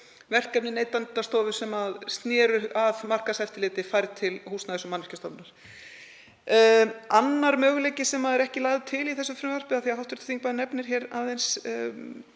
verkefni Neytendastofu sem sneru að markaðseftirliti færð til Húsnæðis- og mannvirkjastofnunar. Annar möguleiki sem er ekki lagður til í þessu frumvarpi, af því að hv. þingmaður nefnir hér aðeins